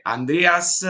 Andreas